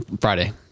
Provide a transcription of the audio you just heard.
Friday